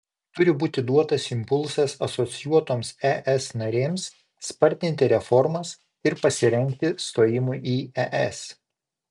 turi būti duotas impulsas asocijuotoms es narėms spartinti reformas ir pasirengti stojimui į es